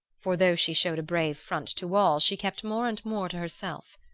for though she showed a brave front to all she kept more and more to herself,